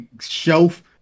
shelf